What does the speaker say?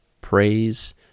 praise